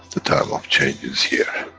the time of change is here.